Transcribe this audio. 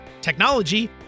technology